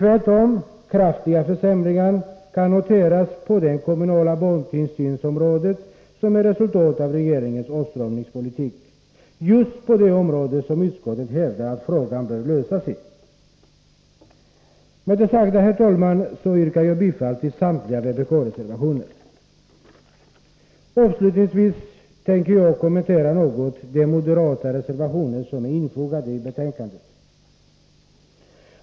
Som ett resultat av regeringens åtstramningspolitik kan kraftiga försämringar noteras inom den kommunala barntillsynen, dvs. just det område där utskottet hävdar att frågan bör lösas. Med det sagda, herr talman, yrkar jag bifall till samtliga vpk-reservationer. Avslutningsvis tänker jag något kommentera den moderata reservation som var fogad till betänkandet.